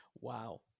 Wow